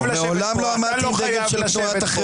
אני חייב לשבת פה, אתה לא חייב לשבת פה.